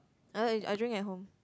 I like I drink at home